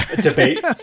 Debate